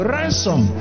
Ransom